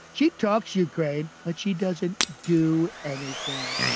she talks ukraine, but she doesn't do anything.